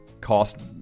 cost